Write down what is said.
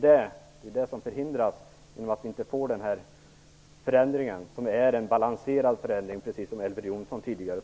Det förhindras när vi inte får till stånd denna förändring i arbetsrätten. Det är som Elver Jonsson tidigare sade en balanserad förändring.